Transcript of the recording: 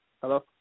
Hello